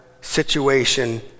situation